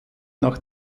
nach